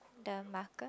the marker